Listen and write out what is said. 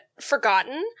forgotten